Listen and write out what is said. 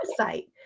website